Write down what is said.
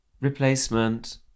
replacement